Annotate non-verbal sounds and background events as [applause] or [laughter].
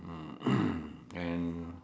mm [coughs] and